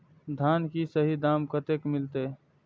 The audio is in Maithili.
धान की सही दाम कते मिलते?